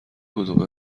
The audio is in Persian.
کدومه